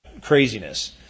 craziness